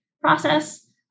process